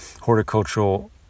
horticultural